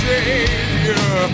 Savior